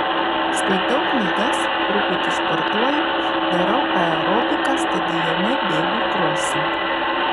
skaitau knygas truputį sportuoju darau aerobiką stadione bėgu krosą